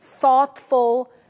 thoughtful